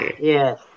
yes